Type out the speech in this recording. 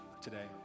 today